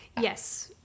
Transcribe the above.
Yes